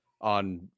on